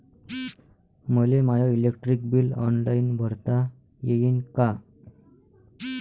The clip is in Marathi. मले माय इलेक्ट्रिक बिल ऑनलाईन भरता येईन का?